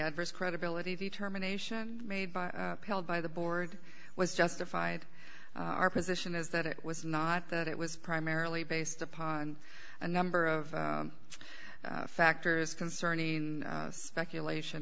adverse credibility determination made by held by the board was justified our position is that it was not that it was primarily based upon a number of factors concerning speculation